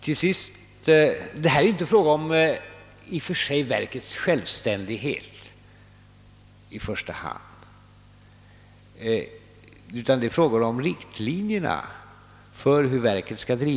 Här är det ju i och för sig inte fråga om verkets självständighet i första hand, utan det är fråga om riktlinjerna för verksamheten.